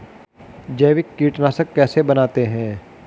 जैविक कीटनाशक कैसे बनाते हैं?